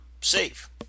safe